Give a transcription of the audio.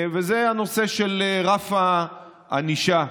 את נושא רף הענישה.